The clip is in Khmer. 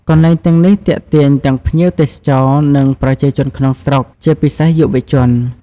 កន្លែងទាំងនេះទាក់ទាញទាំងភ្ញៀវទេសចរ និងប្រជាជនក្នុងស្រុក ជាពិសេស យុវជន ។